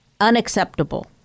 Unacceptable